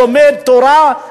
לומד תורה.